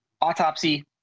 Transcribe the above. autopsy